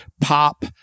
pop